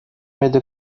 میده